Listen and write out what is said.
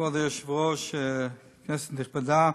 כבוד היושב-ראש, כנסת נכבדה,